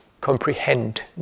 comprehend